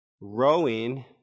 rowing